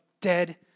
dead